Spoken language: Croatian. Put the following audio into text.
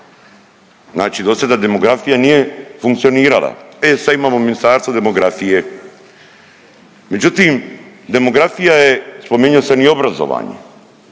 Znači do sada demografija nije funkcionirala, e sad imamo Ministarstvo demografije. Međutim, demografija je spominjao sam i obrazovanje,